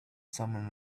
someone